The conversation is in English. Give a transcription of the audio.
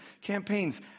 campaigns